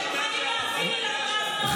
אתם מוכנים להחזיר את פרס הנובל,